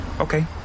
Okay